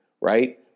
right